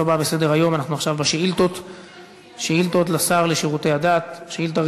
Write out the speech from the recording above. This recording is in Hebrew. חוק עבודת הנוער (תיקון מס' 17 והוראת שעה),